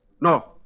No